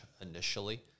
initially